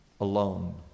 alone